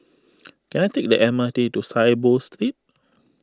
can I take the M R T to Saiboo Street